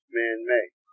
man-made